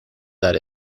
that